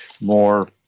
more